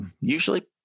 usually